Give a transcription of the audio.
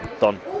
done